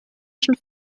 schon